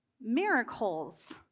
Miracles